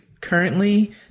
currently